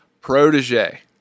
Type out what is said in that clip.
protege